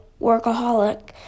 workaholic